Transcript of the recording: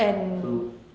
cool